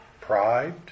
pride